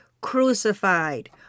crucified